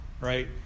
right